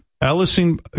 Allison